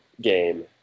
game